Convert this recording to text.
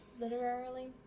literarily